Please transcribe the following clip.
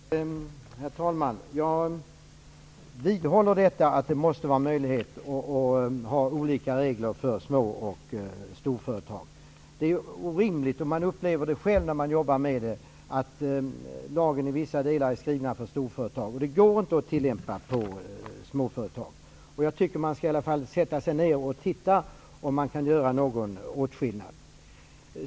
Herr talman! Jag vidhåller att det måste finnas möjlighet att ha olika regler för små och stora företag. Det är orimligt att lagen i vissa delar är skriven för storföretag. Den går inte att tillämpa på småföretag. Man upplever det själv när man jobbar med det. Jag tycker att man skall se över om man kan göra någon åtskillnad.